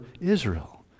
Israel